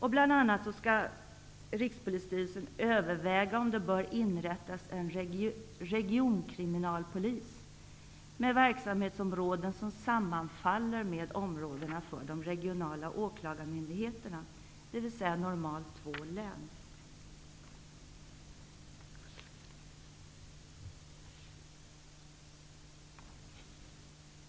Rikpolisstyrelsen skall bl.a. överväga om det bör inrättas en regionkriminalpolis med verksamhetsområden som sammanfaller med områdena för de regionala åklagarmyndigheterna, dvs. normalt två län.